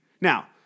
Now